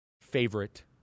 favorite